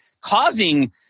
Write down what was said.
causing